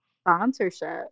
Sponsorship